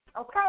Okay